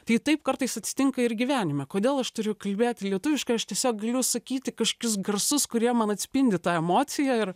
tai taip kartais atsitinka ir gyvenime kodėl aš turiu kalbėti lietuviškai aš tiesiog galiu sakyti kažkokius garsus kurie man atspindi tą emociją ir